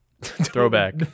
Throwback